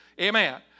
Amen